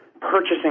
purchasing